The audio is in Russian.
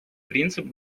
принцип